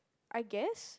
I guess